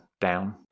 down